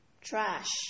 trash